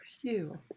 phew